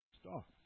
Stop